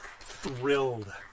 thrilled